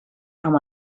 amb